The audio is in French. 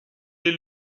est